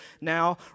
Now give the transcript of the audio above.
now